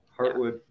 Hartwood